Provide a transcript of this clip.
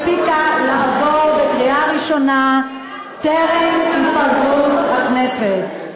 שלא הספיקה להעבירה בקריאה ראשונה טרם התפזרות הכנסת.